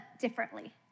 differently